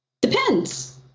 Depends